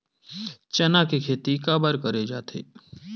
चना के खेती काबर करे जाथे?